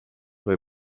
või